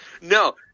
No